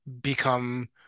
become